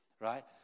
Right